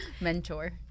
mentor